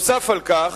נוסף על כך,